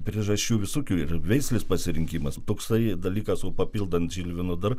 priežasčių visokių ir veislės pasirinkimas toksai dalykas o papildant žilviną dar